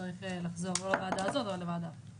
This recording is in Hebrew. צריך לחזור או לוועדה הזאת או לוועדה אחרת.